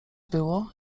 było